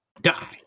Die